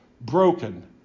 broken